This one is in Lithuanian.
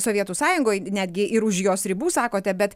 sovietų sąjungoj netgi ir už jos ribų sakote bet